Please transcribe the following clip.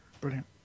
Brilliant